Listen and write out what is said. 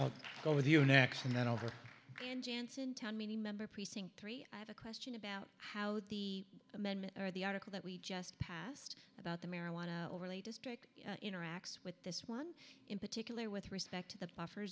to go with you next and then over and janssen town meeting member precinct three i have a question about how the amendment or the article that we just passed about the marijuana overlay district interacts with this one in particular with respect to that buffer